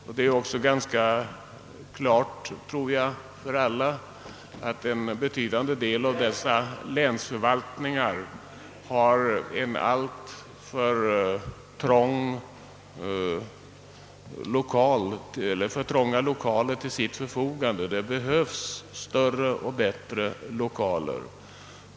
Det står också ganska klart för alla, tror jag, att en betydande del av dessa länsförvaltningar har = alltför trånga lokaler till sitt förfogande. Det behövs större och bättre lokaler.